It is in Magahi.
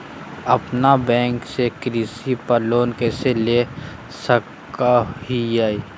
अपना बैंक से कृषि पर लोन कैसे ले सकअ हियई?